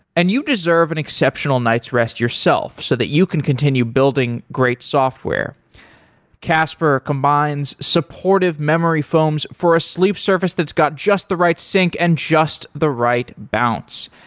and you deserve an exceptional night's rest yourself, so that you can continue building great software casper combines supportive memory foams for a sleep surface that's got just the right sync and just the right bounce.